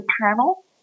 panel